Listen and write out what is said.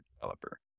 developer